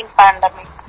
pandemic